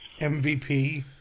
MVP